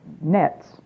nets